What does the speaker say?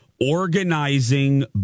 organizing